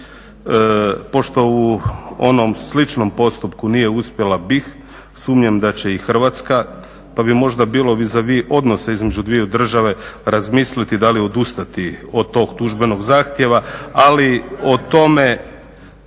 Pošto u onom sličnom postupku nije uspjela BIH, sumnjam da će i Hrvatska pa bi možda bilo vis a vis odnosa između dvije države razmisliti da li odustati od tog tužbenog zahtjeva ali o tome